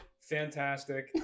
fantastic